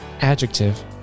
adjective